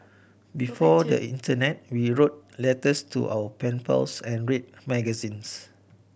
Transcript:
before the internet we wrote letters to our pen pals and read magazines